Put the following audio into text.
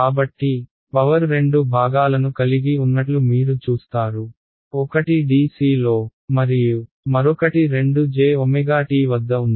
కాబట్టి పవర్ 2 భాగాలను కలిగి ఉన్నట్లు మీరు చూస్తారు ఒకటి dc లో మరియు మరొకటి 2jt వద్ద ఉంది